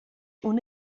una